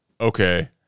Okay